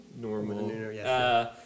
normal